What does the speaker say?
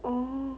hmm